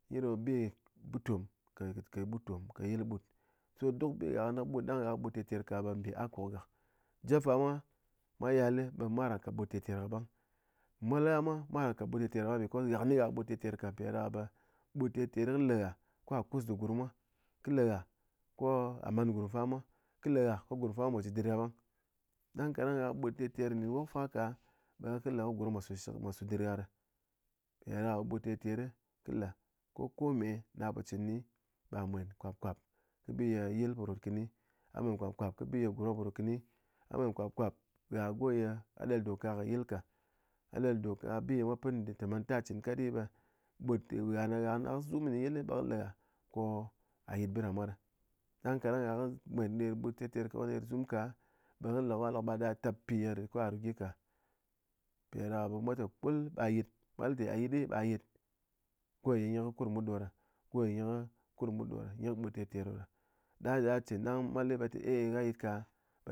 Nyi ɗo bi ye butom kɨkɨ ɓutom kɨ yil ɓut so duk bi gha nyi ɓut ɗang gha kɨ ɓut terter ka ɓe mbi akuk gak, jep fa mwa yal ɓe mwa ran kat ɓut terter ka ɓang mol gha mwa, mwa ran kat ɓut terter ka ɓang because gha kɨni gha kɨ ɓut terter ka mpiɗáɗaka ɓe ɓut terter le gha ko gha kus dɨ gurm mwa, kɨ le gha ko a man gurm fa mwa, kɨ le gha ko gurm fa mwa, mwá ji dɨr gha ɓang ɗang káɗang gha kɨ ɓut terter nɗɨn wok fa ka ɓe kɨ le ko gurm mwa, mwa su dɨr gha dɨ mpiɗáɗaka ɓe ɓut terter kɨ le kɨ kome gha po chɨn kɨni ba mwen nkwapkwap, kɨ bi ye yil po rot kɨni amwen nkwapkwap kɨ bi ye gurm mwa po rot kɨni a mwen nkwapkwap gha go ye a ɗel doka yil ka, a ɗel doka bi ye mwa pɨn té manta chin kat ɓé ɓut gha ne gha kɨ zum né yil ɓe kɨ leghá ko a yit bɨɗa mwa ɗe ɗang kádang yáɗang gha kɨ mwen ner ɓut terter ko ner zum ka, ɓe kɨ le ko lok ba da tap pi ye rit ka gha ru gyi ka mpiɗáɗaka ɓe mwa té kul ɓa yit mwa le té a yit ɓa yit goye nyi kɨ kurmut ɗoɗa goye nyi kɨ kurmut ɗoɗa nyi kɨ ɓut terter ɗang gha chin ɗang mwa le be a te eh eh gha yit ka.